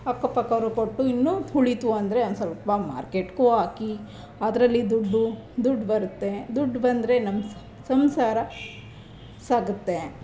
ಅಕ್ಕಪಕ್ಕವ್ರ್ಗೆ ಕೊಟ್ಟು ಇನ್ನೂ ಉಳೀತು ಅಂದರೆ ಒಂದು ಸ್ವಲ್ಪ ಮಾರ್ಕೆಟ್ಗೂ ಹಾಕಿ ಅದರಲ್ಲಿ ದುಡ್ಡು ದುಡ್ಡು ಬರುತ್ತೆ ದುಡ್ಡು ಬಂದರೆ ನಮ್ಮ ಸಂಸಾರ ಸಾಗುತ್ತೆ